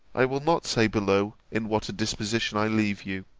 i will not say below in what a disposition i leave you.